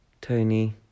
Tony